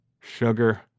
Sugar